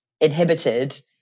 inhibited